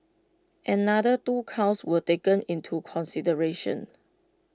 another two counts were taken into consideration